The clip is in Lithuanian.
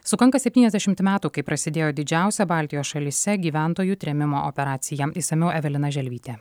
sukanka septyniasdešimt metų kai prasidėjo didžiausia baltijos šalyse gyventojų trėmimo operacija išsamiau evelina želvytė